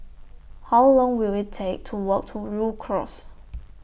How Long Will IT Take to Walk to Rhu Cross